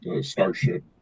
Starship